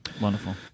Wonderful